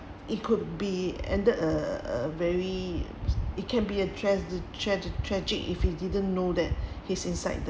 it could be ended a a very it can be a tragedy tra~ tra~ tragic if we didn't know that he's inside the